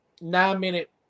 nine-minute